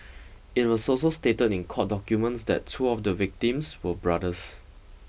it was also stated in court documents that two of the victims were brothers